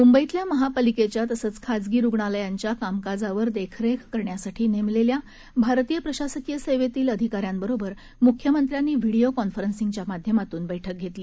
मुंबईतल्या महापालिकेच्या तसंच खासगी रुग्णालयांच्या कामकाजावर देखरेख करण्यासाठी नेमलेल्या भारतीय प्रशासकीय सेवेतील अधिकाऱ्यांवरोबर मुख्यमंत्र्यांनी व्हीडीओ कॉन्फरन्सिंगच्या माध्यमातून बैठक घेतली